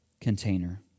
container